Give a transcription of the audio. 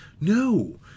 no